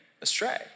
astray